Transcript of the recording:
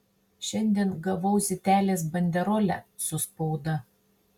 šiandien gavau zitelės banderolę su spauda